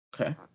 Okay